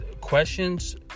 questions